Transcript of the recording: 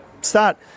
Start